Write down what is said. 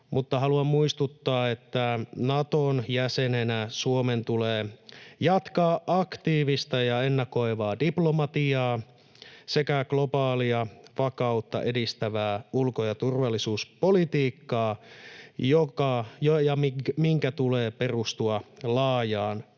mutta haluan muistuttaa, että Naton jäsenenä Suomen tulee jatkaa aktiivista ja ennakoivaa diplomatiaa sekä globaalia vakautta edistävää ulko- ja turvallisuuspolitiikkaa, minkä tulee perustua laajaan